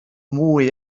mwy